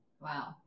Wow